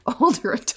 older